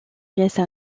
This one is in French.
pièces